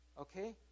Okay